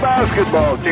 Basketball